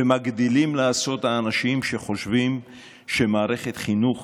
ומגדילים לעשות האנשים שחושבים שמערכת חינוך